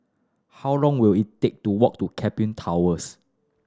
how long will it take to walk to Keppel Towers